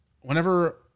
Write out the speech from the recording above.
Whenever